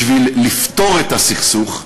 בשביל לפתור את הסכסוך,